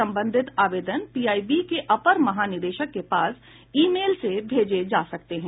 संबंधित आवेदन पीआईबी के अपर महानिदेशक के पास ई मेल से भेजे जा सकते हैं